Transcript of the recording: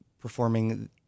performing